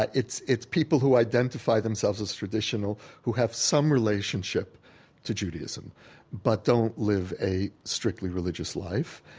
but it's it's people who identify themselves as traditional who have some relationship to judaism but don't live a strictly religious life.